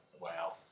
Wow